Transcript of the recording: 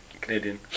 Canadian